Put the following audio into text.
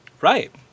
Right